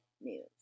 news